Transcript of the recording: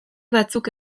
batzuk